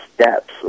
steps